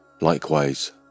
Likewise